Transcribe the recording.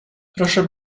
proszę